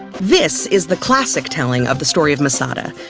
this is the classic telling of the story of masada,